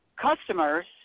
customers